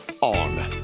on